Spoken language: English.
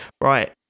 Right